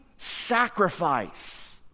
Sacrifice